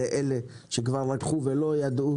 של אלה שלקחו ולא ידעו.